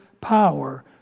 power